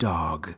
Dog